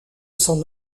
son